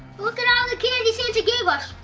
look at all the candy santa gave us.